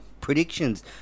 predictions